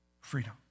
freedom